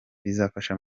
bizafasha